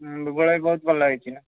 ଭୂଗୋଳରେ ବହୁତ ଭଲ ହେଇଛି ନା